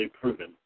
proven